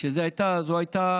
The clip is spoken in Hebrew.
שזו הייתה